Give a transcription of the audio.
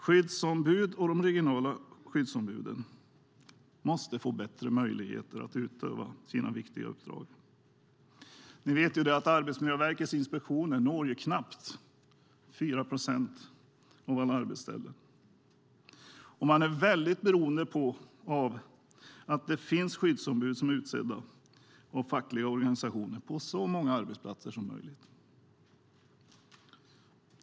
Skyddsombuden och de regionala skyddsombuden måste få bättre möjligheter att utöva sina viktiga uppdrag. Ni vet att Arbetsmiljöverkets inspektioner når knappt 4 procent av alla arbetsställen, och Arbetsmiljöverket är beroende av att det finns skyddsombud utsedda av de fackliga organisationerna på så många arbetsplatser som möjligt.